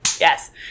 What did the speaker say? Yes